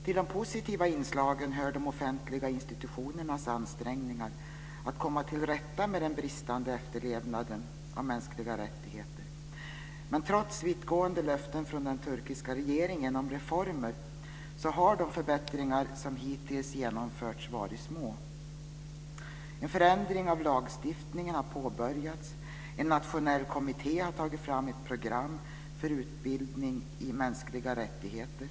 Till de positiva inslagen hör de offentliga institutionernas ansträngningar för att komma till rätta med den bristande efterlevnaden av detta med mänskliga rättigheter. Trots vittgående löften från den turkiska regeringen om reformer har de förbättringar som hittills genomförts varit små. En förändring av lagstiftningen har påbörjats och en nationell kommitté har tagit fram ett program för utbildning i ämnet mänskliga rättigheter.